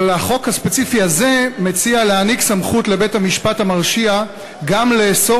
אבל החוק הספציפי הזה מציע להעניק לבית-המשפט המרשיע סמכות גם לאסור